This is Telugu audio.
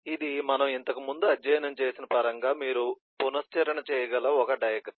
కాబట్టి ఇది మనము ఇంతకుముందు అధ్యయనం చేసిన పరంగా మీరు పునశ్చరణ చేయగల ఒక డయాగ్రమ్